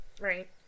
right